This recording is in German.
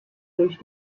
durch